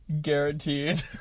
Guaranteed